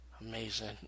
amazing